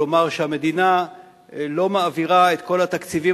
כלומר המדינה לא מעבירה את כל התקציבים